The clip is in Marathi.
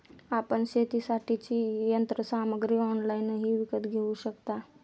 आपण शेतीसाठीची यंत्रसामग्री ऑनलाइनही विकत घेऊ शकता